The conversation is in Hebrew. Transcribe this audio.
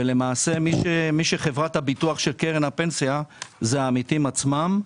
כשלמעשה מי שמשמש כחברת הביטוח של קרן הפנסיה זה העמיתים עצמם.